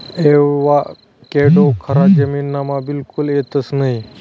avocado खारा जमीनमा बिलकुल येतंस नयी